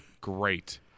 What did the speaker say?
Great